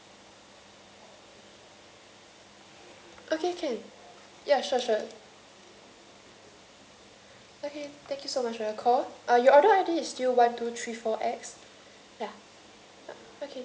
okay can ya sure sure okay thank you so much for your call uh your order I_D is still one two three four X ya